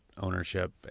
ownership